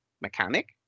mechanic